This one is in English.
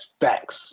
facts